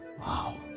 Wow